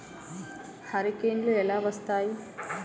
హరికేన్లు ఎలా వస్తాయి?